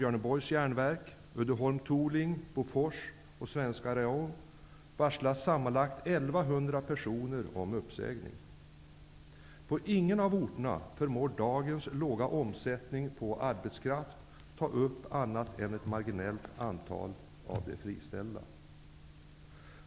På ingen av dessa orter förmår dagens arbetsmarknad med en låg omsättning på arbetskraft ta upp annat än ett marginellt antal av de friställda.